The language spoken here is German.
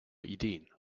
ideen